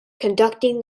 conducting